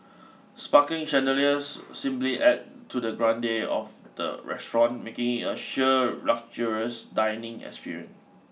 sparkling chandeliers simply adds to the grandeur of the restaurant making it a sheer luxurious dining experience